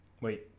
wait